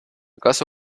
casa